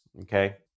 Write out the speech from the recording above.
okay